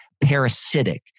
parasitic